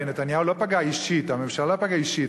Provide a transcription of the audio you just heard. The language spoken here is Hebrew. הרי נתניהו לא פגע אישית, הממשלה לא פגעה אישית.